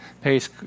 pace